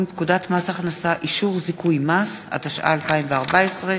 התשע"ה 2014,